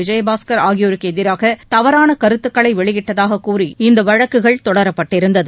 விஜயபாஸ்கர் ஆகியோருக்கு எதிராக தவறான கருத்துக்களை வெளியிட்டதாக கூறி இந்த வழக்குகள் தொடரப்பட்டிருந்தது